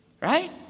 right